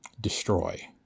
destroy